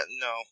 No